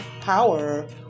power